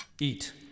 Eat